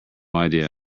idea